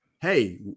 hey